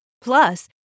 Plus